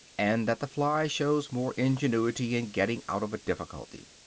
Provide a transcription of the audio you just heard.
and that the fly shows more ingenuity in getting out of a difficulty.